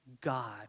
God